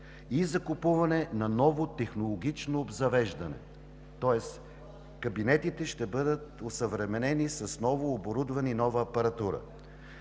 и закупуване на ново технологично обзавеждане, тоест кабинетите ще бъдат осъвременени с ново оборудване и нова апаратура.